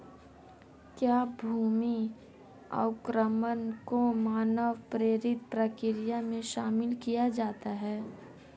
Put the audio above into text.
क्या भूमि अवक्रमण को मानव प्रेरित प्रक्रिया में शामिल किया जाता है?